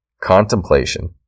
contemplation